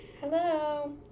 Hello